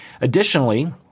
Additionally